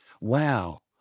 wow